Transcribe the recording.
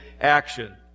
action